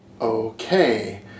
okay